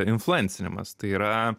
influencinimas tai yra